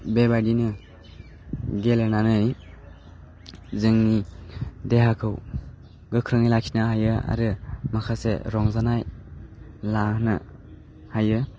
बेबादिनो गेलेनानै जोंनि देहाखौ गोख्रोङै लाखिनो हायो आरो माखासे रंजानाय लाहोनो हायो